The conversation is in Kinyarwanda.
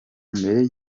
mbere